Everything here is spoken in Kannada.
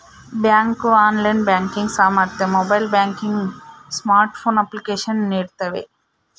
ಬ್ಯಾಂಕು ಆನ್ಲೈನ್ ಬ್ಯಾಂಕಿಂಗ್ ಸಾಮರ್ಥ್ಯ ಮೊಬೈಲ್ ಬ್ಯಾಂಕಿಂಗ್ ಸ್ಮಾರ್ಟ್ಫೋನ್ ಅಪ್ಲಿಕೇಶನ್ ನೀಡ್ತವೆ